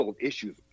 issues